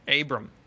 Abram